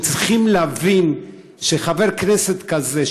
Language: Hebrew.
הם צריכים להבין שחבר כנסת כזה,